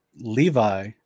Levi